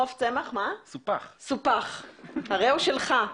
החוף סופח, הריהו שלך,